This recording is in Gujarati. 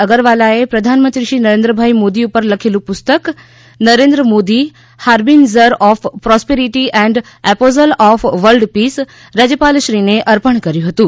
અગરવાલાએ પ્રધાનમંત્રી શ્રી નરેન્દ્રભાઇ મોદી ઉપર લખેલું પુસ્તક Narendra Modi harbinger of prosperity and apostle of world peace રાજ્યપાલશ્રીને અર્પણ કર્યું હતું